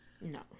No